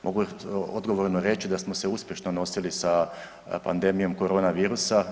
Mogu odgovorno reći da smo se uspješno nosili sa pandemijom koronavirusa.